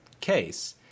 case